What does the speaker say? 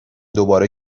دوباره